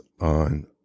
on